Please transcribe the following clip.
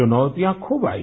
चुनौतियां खूब आई